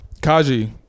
Kaji